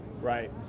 Right